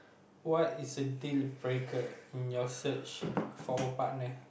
what is a deal breaker in your search for a partner